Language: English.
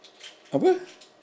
apa